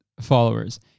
followers